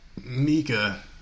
Mika